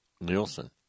Nielsen